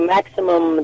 Maximum